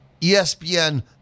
ESPN